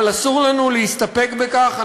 אבל אסור לנו להסתפק בכך.